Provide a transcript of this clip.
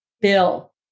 bill